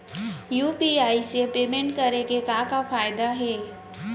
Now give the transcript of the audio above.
UPI से payment करे के का का फायदा हे?